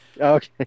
Okay